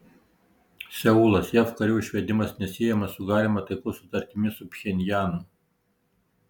seulas jav karių išvedimas nesiejamas su galima taikos sutartimi su pchenjanu